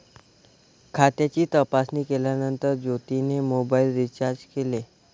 खात्याची तपासणी केल्यानंतर ज्योतीने मोबाइल रीचार्ज केले